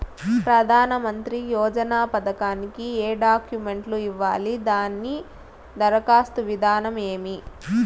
ప్రధానమంత్రి యోజన పథకానికి ఏ డాక్యుమెంట్లు ఇవ్వాలి దాని దరఖాస్తు విధానం ఏమి